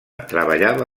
treballava